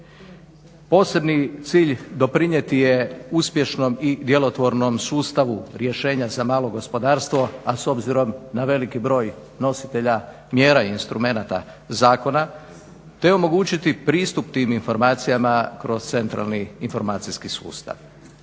Posebni cilj doprinijeti je uspješnom i djelotvornom sustavu rješenja za malo gospodarstvo, a s obzirom na veliki broj nositelja mjera i instrumenata zakona, te omogućiti pristup tim informacijama kroz centralni informacijski sustav.